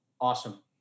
awesome